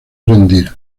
rendir